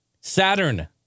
Saturn